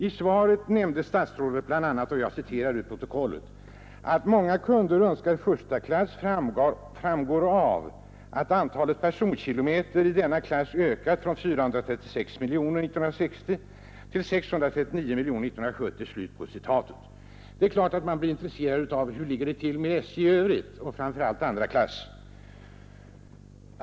I svaret nämnde statsrådet bl.a., jag citerar ur protokollet: ”Att många kunder önskar första klass framgår av att antalet personkilometer i denna klass ökat från 436 miljoner 1960 till 639 miljoner 1970.” Det är självklart att man efter detta uttalande blir intresserad av hur det ligger till med SJ i övrigt och då framför allt med andra klass.